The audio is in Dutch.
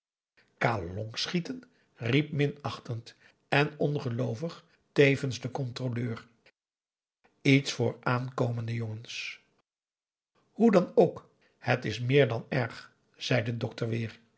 kalongs schieten riep minachtend en ongeloovig tevens de controleur iets voor aankomende jongens hoe dan ook het is meer dan erg zei de dokter weer